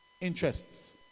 interests